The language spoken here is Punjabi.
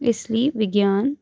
ਇਸ ਲਈ ਵਿਗਿਆਨ